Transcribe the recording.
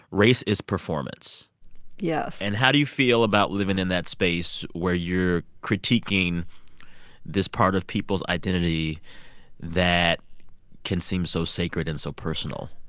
race is performance yes and how do you feel about living in that space where you're critiquing this part of people's identity that can seem so sacred and so personal?